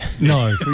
No